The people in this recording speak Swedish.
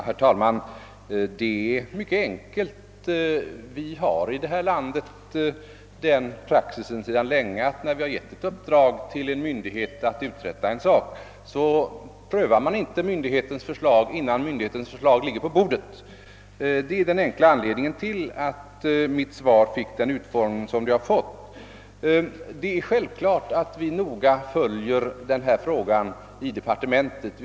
Herr talman! Det är mycket enkelt. Vi har här i landet sedan länge som praxis att när vi har gett en myndighet i uppdrag att utreda en sak prövar vi inte dess förslag innan det ligger på bordet. Det är den enkla anledningen till att mitt svar fick en sådan utform Det är självklart att vi noga följer denna fråga i departementet.